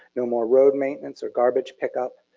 no more road maintenance or garbage pickup.